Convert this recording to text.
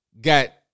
got